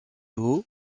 haut